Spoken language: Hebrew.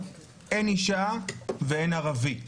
אין אשה ואין ערבי.